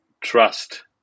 trust